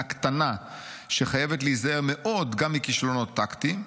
קטנה שחייבת להיזהר מאוד גם מכישלונות טקטיים,